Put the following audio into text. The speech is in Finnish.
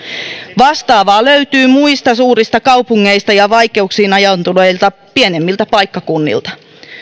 vastaavaa löytyy muista suurista kaupungeista ja vaikeuksiin ajautuneilta pienemmiltä paikkakunnilta